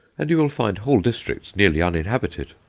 and you will find whole districts nearly uninhabited.